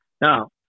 Now